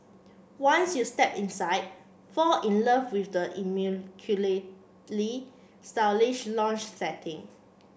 once you step inside fall in love with the immaculately stylish lounge setting